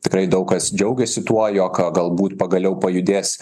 tikrai daug kas džiaugiasi tuo jog galbūt pagaliau pajudės